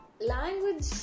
Language